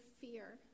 fear